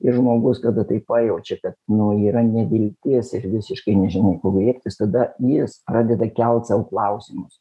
ir žmogus kada tai pajaučia kad nu yra nevilties ir visiškai nežinom ko griebtis tada jis pradeda kelt sau klausimus